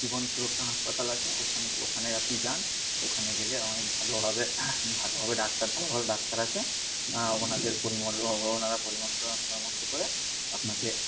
জীবন সুরক্ষা হাসপাতাল আছে ওখানে ওখানে আপনি যান ওখানে গেলে অনেক ভালো হবে ভালো হবে ডাক্তার ভালো ভালো ডাক্তার আছে ওঁদের ওঁরা পরামর্শ করে আপনাকে